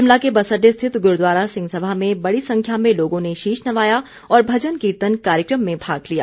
शिमला के बस अड्डे स्थित गुरूद्वारा सिंह सभा में बड़ी संख्या में लोगों ने शीष नवाया और भजन कीर्तन कार्यक्रम में भाग लिया